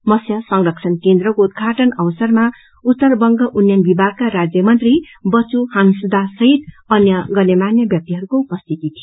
मत्स्य संरक्षण केन्द्रको उदघाटन अवसरमा उत्तर बंग उन्नयन विभागका राज्य मंत्री बच्चु हांसदा सहित अन्य गण्यमान्य ब्यक्तिहरूको उपस्थिति थियो